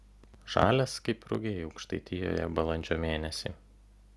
žalias kaip rugiai aukštaitijoje balandžio mėnesį